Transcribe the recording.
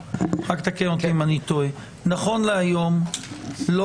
תקן אותי אם אני טועה נכון להיום לא